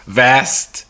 vast